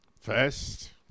First